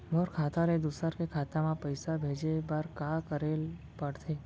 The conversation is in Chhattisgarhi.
मोर खाता ले दूसर के खाता म पइसा भेजे बर का करेल पढ़थे?